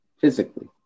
physically